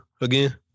again